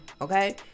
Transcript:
Okay